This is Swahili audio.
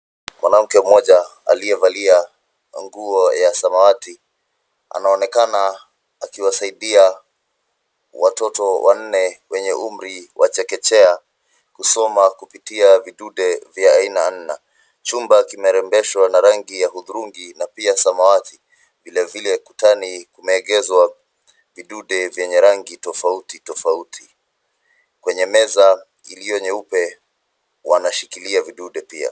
Mwanamke mmoja aliyevalia nguo ya samawati anaonekana akiwasaidia watoto wanne wenye umri wa chekechea kusoma kupitia vidude vya aina aina. Chumba kimerembeshwa na rangi hudhurungi na pia samawati. Vile vile kutani, kumeegeshwa vidude vyenye rangi tofauti tofauti. Kwenye meza iliyo nyeupe wanashikilia vidude pia.